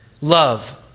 love